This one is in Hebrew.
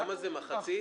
כמה זה, מחצית?